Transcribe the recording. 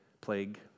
plague